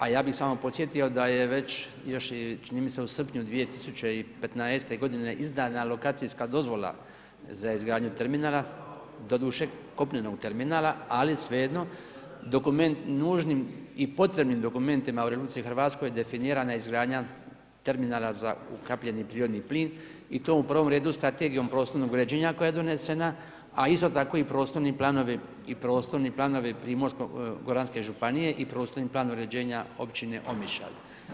A ja bih samo podsjetio da je već, još čini mi se u srpnju 2015. godine izdana lokacijska dozvola za izgradnju terminala, doduše kopnenog terminala, ali svejedno dokument nužnim i potrebnim dokumentima u RH definirana je izgradnja terminala za ukapljeni prirodni plin i to u prvom redu Strategijom prostornog uređenja koja je donesena, a isto tako i prostorni planovi i prostorni planovi Primorsko-goranske županije i Prostorni plan uređenja Općine Omišalj.